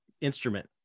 instrument